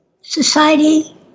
society